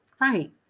Right